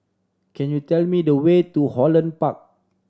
can you tell me the way to Holland Park